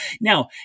Now